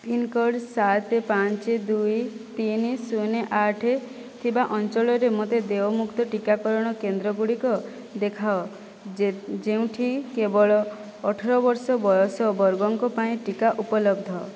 pincode ସାତ ପାଞ୍ଚ ଦୁଇ ତିନି ଶୂନ ଆଠ ଥିବା ଅଞ୍ଚଳରେ ମୋତେ ଦେୟମୁକ୍ତ ଟିକାକରଣ କେନ୍ଦ୍ରଗୁଡ଼ିକ ଦେଖାଅ ଯେଉଁଠି କେବଳ ଅଠର ବର୍ଷ ବୟସ ବର୍ଗଙ୍କ ପାଇଁ ଟିକା ଉପଲବ୍ଧ